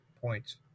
points